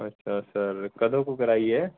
ਅੱਛਾ ਸਰ ਕਦੋਂ ਕੁ ਕਰਾਈ ਹੈ